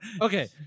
Okay